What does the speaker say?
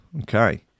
okay